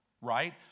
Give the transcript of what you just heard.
right